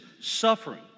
suffering